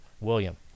William